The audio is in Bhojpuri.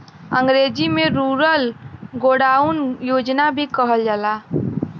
अंग्रेजी में रूरल गोडाउन योजना भी कहल जाला